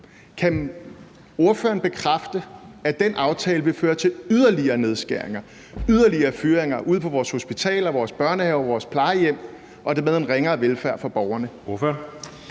Kan ordføreren bekræfte, at den aftale vil føre til yderligere nedskæringer og yderligere fyringer ude på vores hospitaler, i vores børnehaver og på vores plejehjem og dermed betyde en ringere velfærd for borgerne?